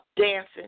dancing